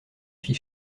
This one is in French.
fit